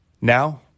Now